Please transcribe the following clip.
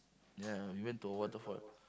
ya we went to a waterfall